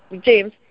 James